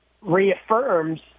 reaffirms